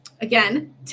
again